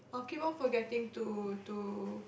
I keep on forgetting to to